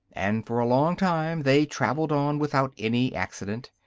and for a long time they travelled on without any accident.